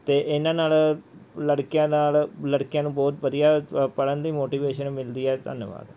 ਅਤੇ ਇਹਨਾਂ ਨਾਲ ਲੜਕਿਆਂ ਨਾਲ ਲੜਕਿਆਂ ਨੂੰ ਬਹੁਤ ਵਧੀਆ ਪੜ੍ਹਨ ਲਈ ਮੋਟੀਵੇਸ਼ਨ ਮਿਲਦੀ ਹੈ ਧੰਨਵਾਦ